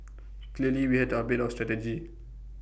clearly we had to update our strategy